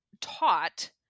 taught